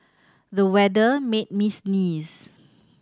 the weather made me sneeze